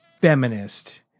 feminist